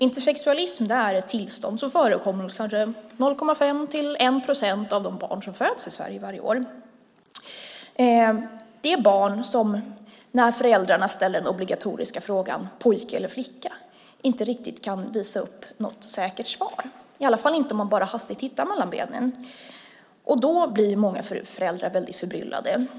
Intersexualism är ett tillstånd som förekommer hos 0,5 till 1 procent av de barn som föds i Sverige varje år. Det är barn som när föräldrarna ställer den obligatoriska frågan pojke eller flicka inte kan visa upp något säkert svar, i alla fall inte om man bara hastigt tittar mellan benen. Då blir många föräldrar väldigt förbryllade.